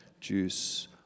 juice